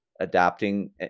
adapting